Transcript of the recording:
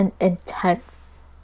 intense